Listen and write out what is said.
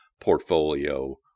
portfolio